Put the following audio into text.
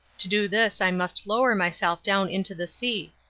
to do this i must lower myself down into the sea.